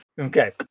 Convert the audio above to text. Okay